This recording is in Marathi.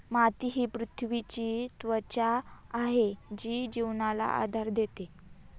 माती ही पृथ्वीची त्वचा आहे जी जीवनाला आधार देते